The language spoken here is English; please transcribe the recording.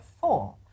four